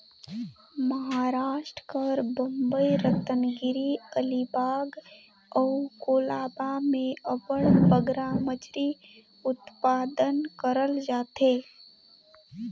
महारास्ट कर बंबई, रतनगिरी, अलीबाग अउ कोलाबा में अब्बड़ बगरा मछरी उत्पादन करल जाथे